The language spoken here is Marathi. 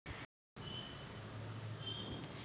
या हफ्त्यात संत्र्याचा सरासरी भाव किती हाये?